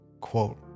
quote